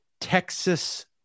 Texas